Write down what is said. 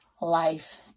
life